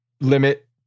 limit